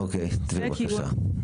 אוקיי, דביר, בבקשה.